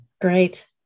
Great